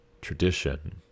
tradition